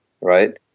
right